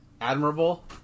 admirable